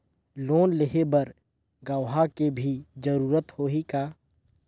Loan लेहे बर गवाह के भी जरूरत होही का?